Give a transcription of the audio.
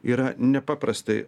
yra nepaprastai